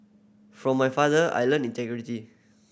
from my father I learnt integrity